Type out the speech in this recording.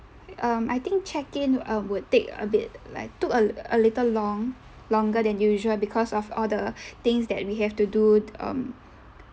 um I think check in uh would take a bit like took a a little long longer than usual because of all the things that we have to do um